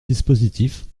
dispositifs